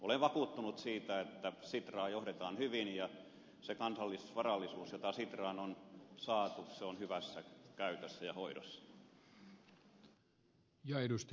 olen vakuuttunut siitä että sitraa johdetaan hyvin ja se kansallisvarallisuus jota sitraan on saatu on hyvässä käytössä ja hoidossa